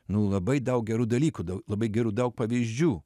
nu labai daug gerų dalykų daug labai gerų daug pavyzdžių